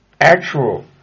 actual